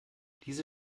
diese